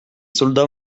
soldats